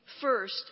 First